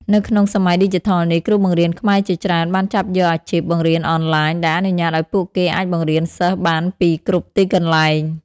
នៅក្នុងសម័យឌីជីថលនេះ គ្រូបង្រៀនខ្មែរជាច្រើនបានចាប់យកអាជីពបង្រៀនអនឡាញ ដែលអនុញ្ញាតឱ្យពួកគេអាចបង្រៀនសិស្សបានពីគ្រប់ទីកន្លែង។